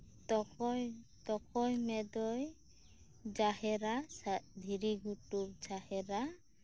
ᱛᱚᱠᱚᱭ ᱛᱚᱠᱚᱭ ᱢᱮᱫᱚᱭ ᱡᱟᱦᱮᱨᱟ ᱫᱷᱤᱨᱤ ᱜᱷᱩᱴᱩ ᱡᱟᱦᱮᱨᱟ